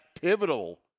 pivotal